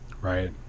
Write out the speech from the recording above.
Right